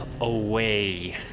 away